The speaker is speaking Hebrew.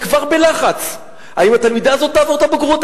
היא כבר בלחץ אם התלמידה הזאת תעבור את הבגרות,